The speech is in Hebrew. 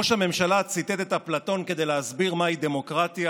ראש הממשלה ציטט את אפלטון כדי להסביר מהי דמוקרטיה.